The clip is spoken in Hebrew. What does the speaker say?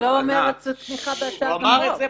------ הוא אמר את זה.